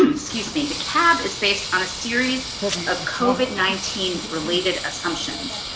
excuse me, the cab is based on a series of covid nineteen related assumptions,